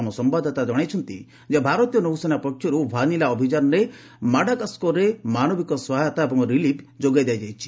ଆମ ସମ୍ଭାଦଦାତା ଜଣାଇଛନ୍ତି ଭାରତୀୟ ନୌସେନା ପକ୍ଷରୁ ଭାନିଲା ଅଭିଯାନ ଜରିଆରେ ମାଡାଗାସ୍କରରେ ମାନବିକ ସହାୟତା ଓ ରିଲିଫ ଯୋଗାଇ ଦିଆଯାଉଛି